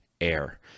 air